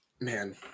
Man